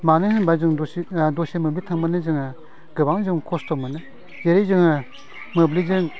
मानो होनोबा जों दसे मोब्लिब थांबानो जोङो गोबां जों खस्थ' मोनो जेरै जोङो मोब्लिबजों